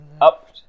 Up